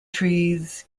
trees